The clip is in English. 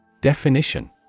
Definition